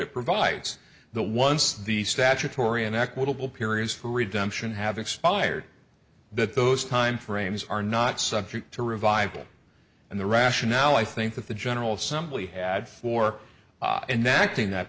it provides the once the statutory unequitable periods for redemption have expired but those timeframes are not subject to revival and the rationale i think that the general assembly had for enact in that